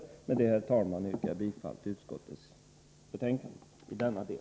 Med detta, herr talman, yrkar jag bifall till utskottets hemställan i denna del.